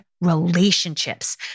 relationships